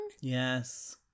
yes